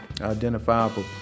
identifiable